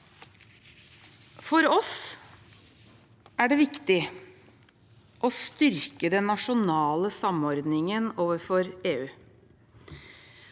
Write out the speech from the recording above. For oss er det viktig å styrke den nasjonale samordningen overfor EU,